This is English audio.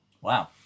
Wow